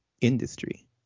industry